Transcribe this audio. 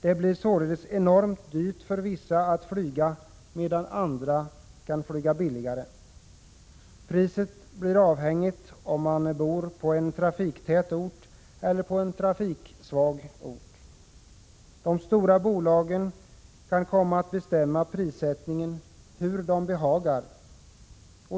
Det blir således enormt dyrt för vissa att flyga, medan andra kan flyga billigare. Priset blir avhängigt av om man bor på en trafiktät ort eller på en trafiksvag ort. De stora bolagen kan komma att bestämma prissättningen hur de behagar.